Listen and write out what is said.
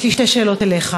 יש לי שתי שאלות אליך,